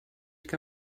que